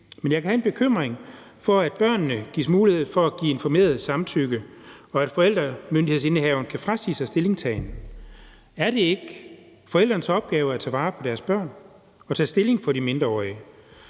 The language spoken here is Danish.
men jeg kan have en bekymring for, at børnene gives mulighed for at give informeret samtykke, og at forældremyndighedsindehaveren kan frasige sig stillingtagen. Er det ikke forældrenes opgave at tage vare på deres børn og tage stilling for de mindreårige?